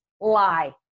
Lie